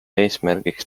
eesmärgiks